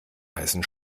heißen